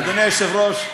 אדוני היושב-ראש,